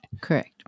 Correct